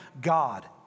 God